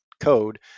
code